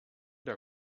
der